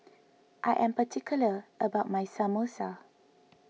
I am particular about my Samosa